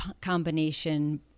combination